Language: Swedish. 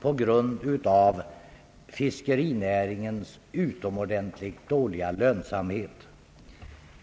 på grund av fiskerinäringens utomordentligt dåliga lönsamhet.